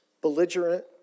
belligerent